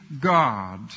God